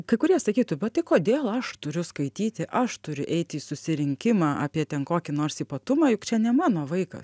kai kurie sakytų bet tai kodėl aš turiu skaityti aš turiu eit į susirinkimą apie ten kokį nors ypatumą juk čia ne mano vaikas